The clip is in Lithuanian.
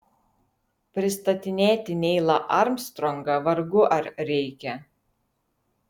pristatinėti neilą armstrongą vargu ar reikia